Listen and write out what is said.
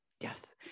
Yes